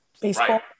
Baseball